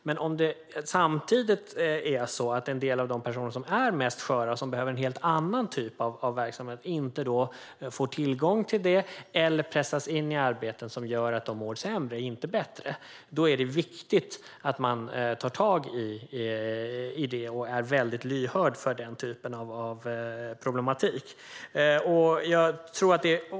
Men om det samtidigt är så att en del av de personer som är mest sköra och som behöver en helt annan typ av verksamhet inte får tillgång till det eller pressas in i arbeten som gör att de mår sämre och inte bättre är det viktigt att man tar tag i det och är väldigt lyhörd för den typen av problematik.